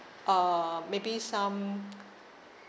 uh maybe some